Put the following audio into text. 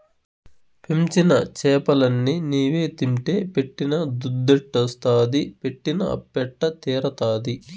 పెంచిన చేపలన్ని నీవే తింటే పెట్టిన దుద్దెట్టొస్తాది పెట్టిన అప్పెట్ట తీరతాది